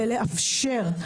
ולאפשר.